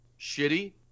shitty